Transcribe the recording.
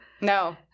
No